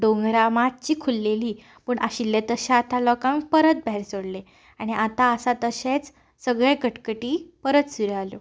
दोंगरां मातशी खुल्लेलीं पूण आशिल्ले तशे आतां लोकांक परत भायर सोडले आनी आतां आसा तशेंच सगळे कटकटी परत सुरू जाल्यो